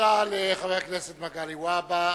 תודה לחבר הכנסת מגלי והבה.